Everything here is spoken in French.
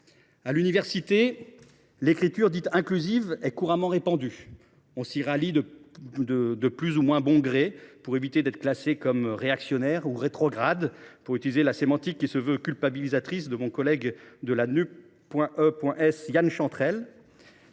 À l’université, l’écriture dite inclusive est couramment répandue. On s’y rallie de plus ou moins bon gré, afin d’éviter d’être classé « réactionnaire » ou « rétrograde », pour utiliser la sémantique qui se veut culpabilisatrice de mon collègue de la Nup·e·s, Yan Chantrel.